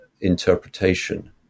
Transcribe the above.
interpretation